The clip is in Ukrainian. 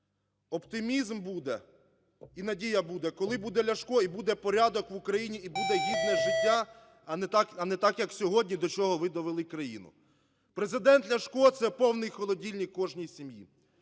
Оптимізм буде і надія буде, коли буде Ляшко і буде порядок в Україні, і буде гідне життя, а не так, як сьогодні, до чого ви довели країну. Президент Ляшко – це повний холодильник кожній сім'ї,